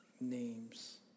names